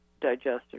digestive